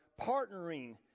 partnering